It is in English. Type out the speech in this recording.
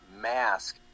mask